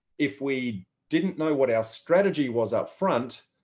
if we didn't know what our strategy was up front,